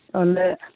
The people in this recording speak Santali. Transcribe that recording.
ᱚᱸᱰᱮ